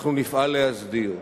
אנחנו נפעל להסדיר.